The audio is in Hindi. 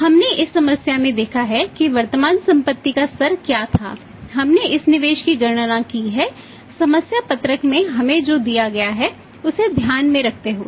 हमने इस समस्या में देखा है कि वर्तमान संपत्ति का स्तर क्या था हमने इस निवेश की गणना की है समस्या पत्रक में हमें जो दिया गया है उसे ध्यान में रखते हुए